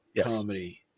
comedy